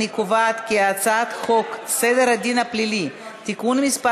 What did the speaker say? אני קובעת כי הצעת חוק סדר הדין הפלילי (תיקון מס'